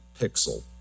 pixel